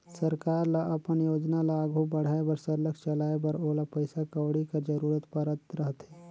सरकार ल अपन योजना ल आघु बढ़ाए बर सरलग चलाए बर ओला पइसा कउड़ी कर जरूरत परत रहथे